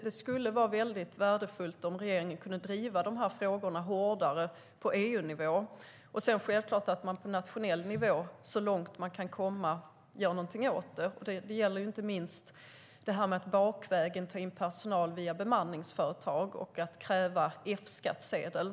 Det vore mycket värdefullt om regeringen kunde driva de här frågorna hårdare på EU-nivå och självklart göra något på nationell nivå så långt det är möjligt. Det gäller inte minst att man bakvägen, via bemanningsföretag, tar in personal och kräver F-skattsedel.